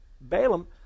Balaam